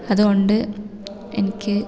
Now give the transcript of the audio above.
അതുകൊണ്ട് എനിക്ക്